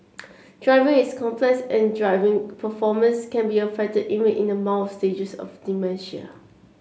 driving is complex and driving performance can be affected even in the mild stages of dementia